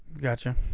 gotcha